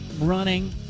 running